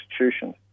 institutions